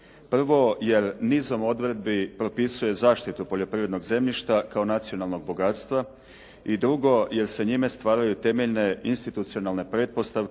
Prvo jer nizom odredbi propisuje zaštitu poljoprivrednog zemljišta kao nacionalnog bogatstva, i drugo jer se njime stvaraju temeljne institucionalne pretpostavke